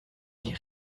die